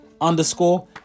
underscore